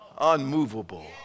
unmovable